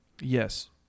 Yes